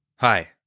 Hi